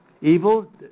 Evil